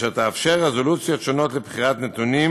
ותאפשר רזולוציות שונות לבחירת נתונים